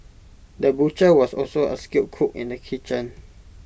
the butcher was also A skilled cook in the kitchen